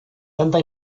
tanta